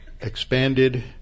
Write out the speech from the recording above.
expanded